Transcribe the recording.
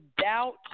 doubt